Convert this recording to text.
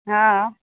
हँ